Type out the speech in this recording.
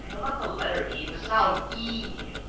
not the letter e. the sound e.